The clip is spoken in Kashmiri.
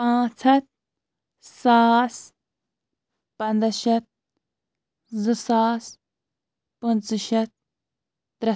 پانٛژھ ہَتھ ساس پَنٛدہ شیٚتھ زٕ ساس پٕنژٕہ شیٚتھ ترٛےٚ